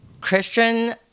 Christian